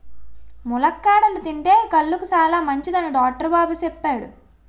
ములక్కాడలు తింతే కళ్ళుకి సాలమంచిదని డాక్టరు బాబు సెప్పాడు